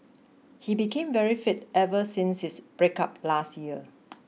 he became very fit ever since his breakup last year